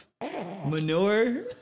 Manure